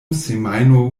semajno